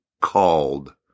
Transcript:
called